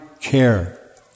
care